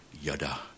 yada